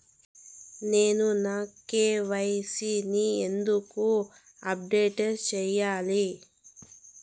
నేను నా కె.వై.సి ని ఎందుకు అప్డేట్ చెయ్యాలి?